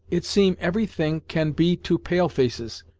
it seem every thing can be to pale-faces,